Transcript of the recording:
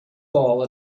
ball